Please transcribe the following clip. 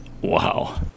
wow